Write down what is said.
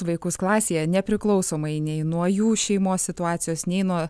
vaikus klasėje nepriklausomai nei nuo jų šeimos situacijos nei nuo